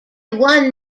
won